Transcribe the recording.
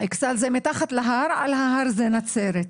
איכסאל זה על ההר, מתחת להר זה נצרת.